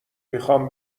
میخام